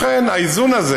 לכן, האיזון הזה